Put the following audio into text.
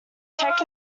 check